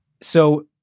So-